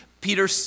Peter